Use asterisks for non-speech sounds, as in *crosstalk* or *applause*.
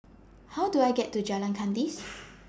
How Do I get to Jalan Kandis *noise*